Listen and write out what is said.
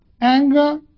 Anger